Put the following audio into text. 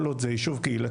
כל עוד זה יישוב קהילתי,